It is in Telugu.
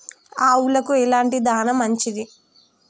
ఆవులకు ఎలాంటి దాణా మంచిది?